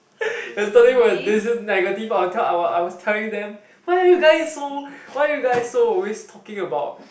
yesterday when they say negative I will tell I will I was telling them why you guys so why you guys so always talking about